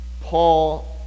Paul